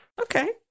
Okay